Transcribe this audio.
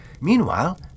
Meanwhile